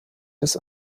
des